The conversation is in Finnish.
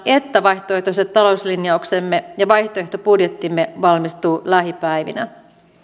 että vaihtoehtoiset talouslinjauksemme ja vaihtoehtobudjettimme valmistuu lähipäivinä